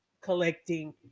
collecting